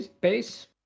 base